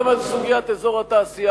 גם על סוגיית אזור התעשייה,